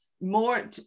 more